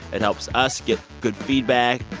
it helps us get good feedback.